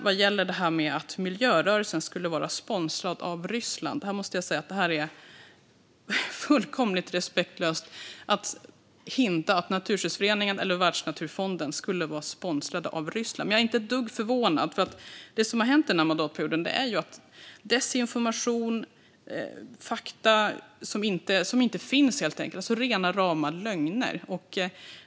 Vad gäller det här att miljörörelsen skulle vara sponsrad av Ryssland måste jag säga att det är fullkomligt respektlöst att antyda att Naturskyddsföreningen eller Världsnaturfonden skulle vara sponsrade av Ryssland. Men jag är inte ett dugg förvånad. Det som har kommit den här mandatperioden är ju desinformation och fakta som inte finns, alltså rena rama lögnerna.